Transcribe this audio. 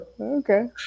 Okay